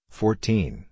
fourteen